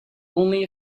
only